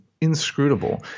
inscrutable